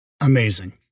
amazing